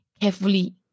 carefully